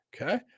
Okay